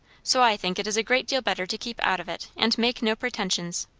so i think it is a great deal better to keep out of it, and make no pretensions.